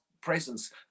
presence